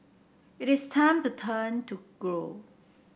it is time to turn to grow